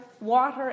water